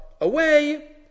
away